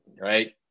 right